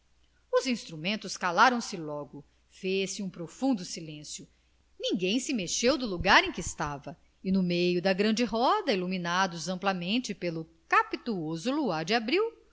os instrumentos calaram-se logo fez-se um profundo silêncio ninguém se mexeu do lugar em que estava e no meio da grande roda iluminados amplamente pelo capitoso luar de abril